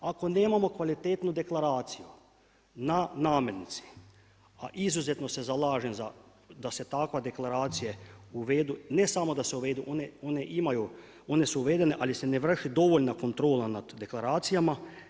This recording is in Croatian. Ako nemamo kvalitetnu deklaraciju na namirnici, a izuzetno se zalažem da se takve deklaracije uvedu ne samo da se uvedu, one imaju, one su uvedene ali se ne vrši dovoljna kontrola nad deklaracijama.